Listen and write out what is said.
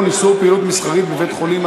איסור פעילות מסחרית בבית-חולים),